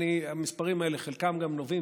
המספרים האלה חלקם גם נובעים,